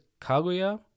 Kaguya